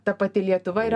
ta pati lietuva yra